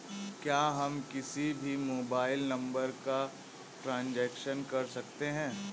क्या हम किसी भी मोबाइल नंबर का ट्रांजेक्शन कर सकते हैं?